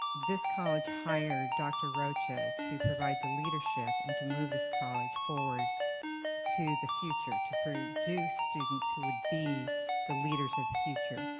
this college hired dr. rocha to provide the leadership and to move this college forward to the future to produce students who would be the leaders of the future.